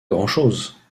grand’chose